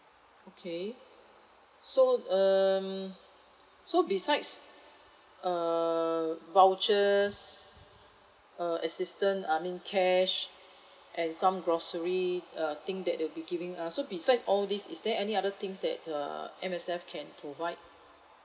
okay so um so besides err vouchers uh assistance I mean cash and some grocery uh thing that they will be giving us so besides all these is there any other things that err M_S_F can provide